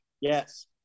Yes